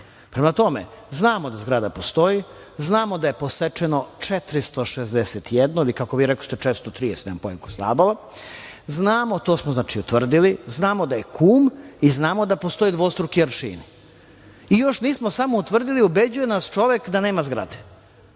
Prema tome, znamo da zgrada postoji, znamo da je posečeno 461 ili kako vi rekoste 430 stabala, znamo i to smo utvrdili i znamo da je kum i da postoje dvostruki aršini. I još nismo samo utvrdili, ubeđuje nas čovek da nema zgrade. Dobro